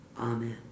amen